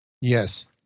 Yes